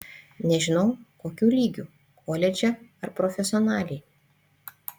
nežinau kokiu lygiu koledže ar profesionaliai